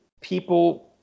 people